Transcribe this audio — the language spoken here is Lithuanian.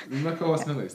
na kovos menais